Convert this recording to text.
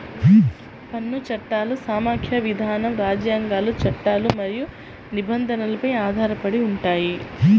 పన్ను చట్టాలు సమాఖ్య విధానం, రాజ్యాంగాలు, చట్టాలు మరియు నిబంధనలపై ఆధారపడి ఉంటాయి